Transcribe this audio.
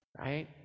right